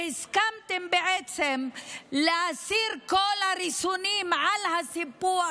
והסכמתם בעצם להסיר את כל הריסונים על הסיפוח